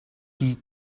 die